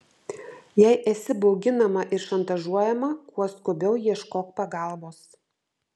jei esi bauginama ir šantažuojama kuo skubiau ieškok pagalbos